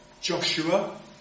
Joshua